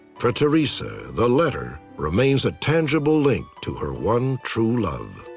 for teresa, the letter remains a tangible link to her one true love.